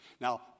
Now